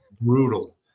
brutal